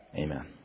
Amen